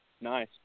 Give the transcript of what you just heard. Nice